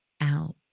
out